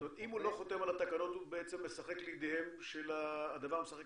זאת אומרת אם הוא לא חותם על התקנות הדבר משחק